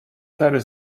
tijdens